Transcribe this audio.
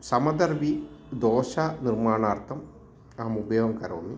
समदर्वेः दोशानिर्माणार्थम् अहम् उपयोगं करोमि